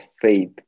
faith